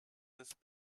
this